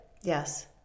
yes